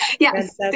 Yes